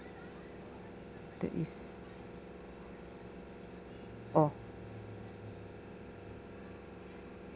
that is orh